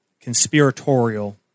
conspiratorial